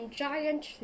giant